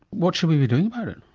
what should we be doing about it?